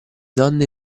donne